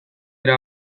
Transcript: era